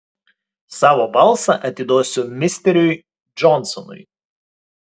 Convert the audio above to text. savo balsą atiduosiu misteriui džonsonui